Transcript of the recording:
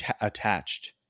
attached